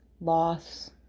Loss